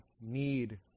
need